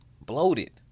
bloated